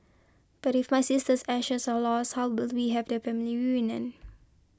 but if my sister's ashes are lost how will we have a family reunion